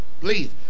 Please